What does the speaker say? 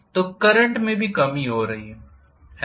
तो करंट में भी कमी हो रही है है ना